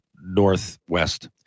northwest